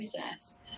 process